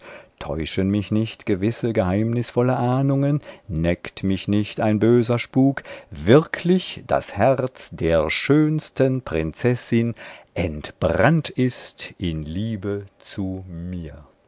täuschen mich nicht gewisse geheimnisvolle ahnungen neckt mich nicht ein böser spuk wirklich das herz der schönsten prinzessin entbrannt ist in liebe zu mir